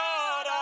God